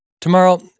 Tomorrow